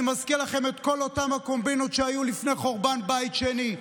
אני מזכיר לכם את כל אותן הקומבינות שהיו לפני חורבן בית שני,